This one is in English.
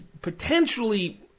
potentially